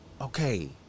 Okay